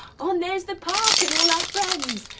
um there's the park and all our friends.